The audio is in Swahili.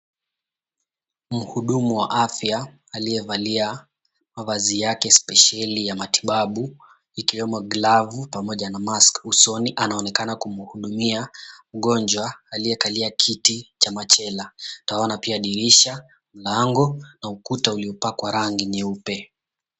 Mhudumu wa afya aliyevalia mavazi yake spesheli ya matibabu. Ikiwemo glavu pamoja na mask usoni anaonekana kumhudumia mgonjwa aliyekalia kiti cha machela. Twaona pia dirisha, lango na ukuta uliopakwa rangi nyeupe.